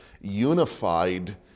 unified